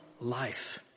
life